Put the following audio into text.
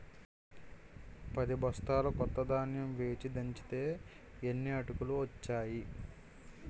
పదిబొస్తాల కొత్త ధాన్యం వేచి దంచితే యిన్ని అటుకులు ఒచ్చేయి